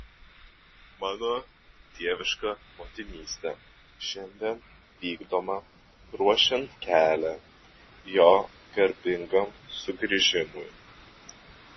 mano dieviška motinystė šiandien vykdoma ruošiant kelią jo garbingam sugrįžimui